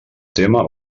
tema